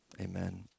Amen